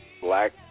black